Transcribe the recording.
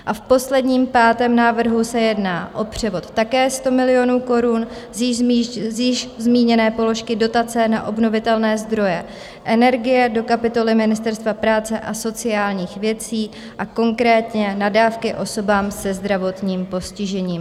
A v posledním, pátém návrhu se jedná o převod také 100 milionů korun z již zmíněné položky Dotace na obnovitelné zdroje energie do kapitoly Ministerstva práce a sociálních věcí a konkrétně na dávky osobám se zdravotním postižením.